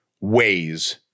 ways